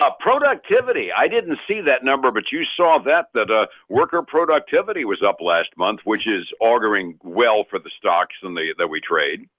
productivity i didn't see that number, but you saw that that a worker productivity was up last month, which is auguring well for the stocks and they that we trade.